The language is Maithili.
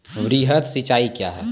वृहद सिंचाई कया हैं?